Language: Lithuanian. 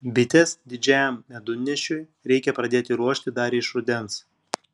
bites didžiajam medunešiui reikia pradėti ruošti dar iš rudens